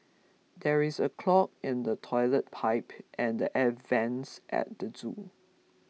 there is a clog in the Toilet Pipe and the Air Vents at the zoo